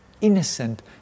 Innocent